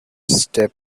step